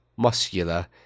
muscular